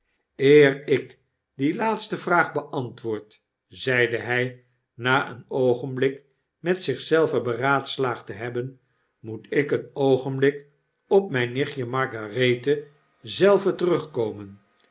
ik die laatste vraag beantwoord zeide hg na een oogenblik met zich zelven beraadslaagd te hebben moet ik een oogenblik op mgn nichtje margarethe zelve terugkomen